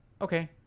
okay